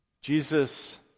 Jesus